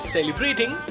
Celebrating